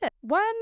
one